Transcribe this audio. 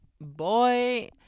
boy